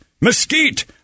Mesquite